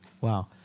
Wow